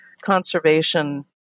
conservation